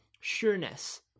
sureness